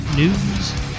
News